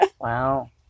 Wow